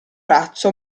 razzo